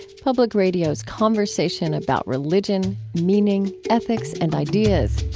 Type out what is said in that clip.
public radio's conversation about religion, meaning, ethics, and ideas.